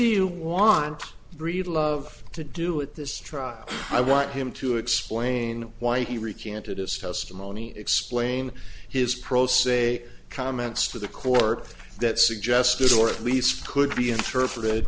you want breedlove to do at this trial i want him to explain why he recanted his testimony explain his pro se comments to the court that suggested or at least could be interpreted